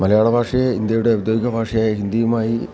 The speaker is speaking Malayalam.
മലയാള ഭാഷയെ ഇന്ത്യയുടെ ഔദ്യോഗിക ഭാഷയായ ഹിന്ദിയുമായി